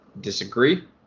disagree